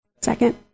Second